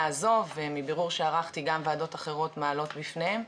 הזו ומבירור שערכתי גם ועדות אחרות מעלות לפניהם.